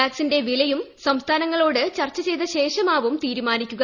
വാക്സിന്റെ വിലയും സംസ്ഥാനങ്ങളോട് ചർച്ച ചെയ്ത ശേഷമാവും തീരുമാനിക്കുക